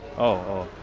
oh